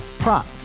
Prop